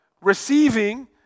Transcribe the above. receiving